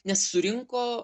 nes surinko